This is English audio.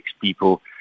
people